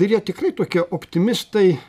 ir jie tikrai tokie optimistai